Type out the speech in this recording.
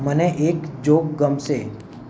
મને એક જોક ગમશે